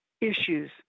issues